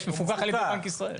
יש מפוקח על ידי בנק ישראל.